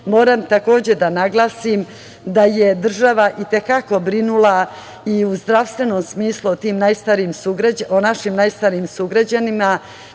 Moram takođe da naglasim da je država i te kako brinula i u zdravstvenom smislu o našim najstarijim sugrađanima,